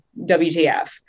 WTF